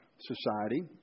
society